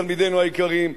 תלמידינו היקרים,